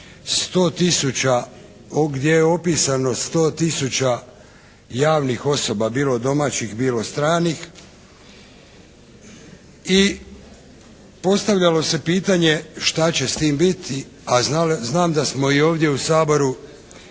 zapisa, gdje je opisano 100 tisuća javnih osoba bilo domaćih, bilo stranih i postavljalo se pitanje šta će s tim biti a znam da smo i ovdje u Saboru